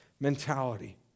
mentality